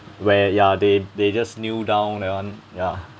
where ya they they just kneel down that one ya